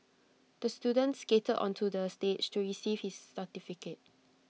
the student skated onto the stage to receive his certificate